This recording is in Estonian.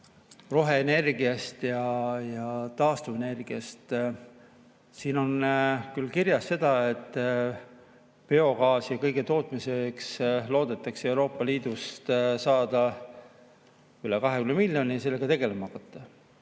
roheenergiast ja taastuvenergiast. Siin on küll kirjas, et biogaasi ja kõige tootmiseks loodetakse Euroopa Liidust saada üle 20 miljoni ja sellega tegelema hakata.